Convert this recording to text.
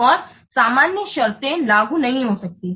और सामान्य शर्तें लागू नहीं हो सकती हैं